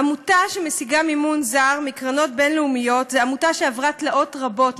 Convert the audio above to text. עמותה שמשיגה מימון זר מקרנות בין-לאומיות היא עמותה שעברה תלאות רבות,